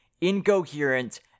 incoherent